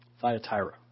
Thyatira